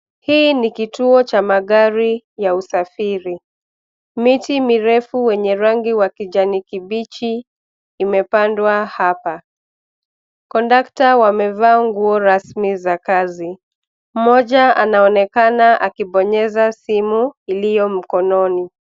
Hii ni kituo cha magari ya usafiri. Miti mirefu wenye rangi ya kijani kibichi imepandwa hapa. Kondakta wamevaa nguo rasmi za kazi, mmoja anaonekana akibonyeza simu iliyo mkononi.